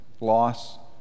loss